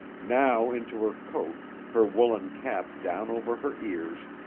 now into her coat, her woolen cap down over her ears,